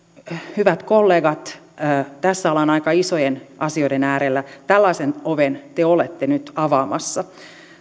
hyvät kollegat tässä ollaan aika isojen asioiden äärellä tällaisen oven te olette nyt avaamassa